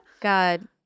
God